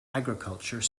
agriculture